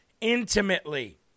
intimately